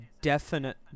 definite